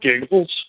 giggles